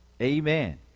Amen